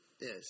Yes